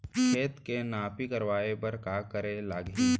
खेत के नापी करवाये बर का करे लागही?